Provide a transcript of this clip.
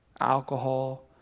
Alcohol